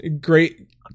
Great